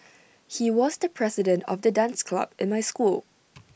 he was the president of the dance club in my school